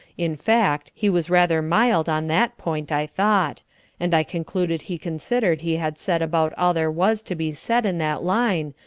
in fact, he was rather mild on that point, i thought and i concluded he considered he had said about all there was to be said in that line,